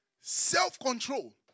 self-control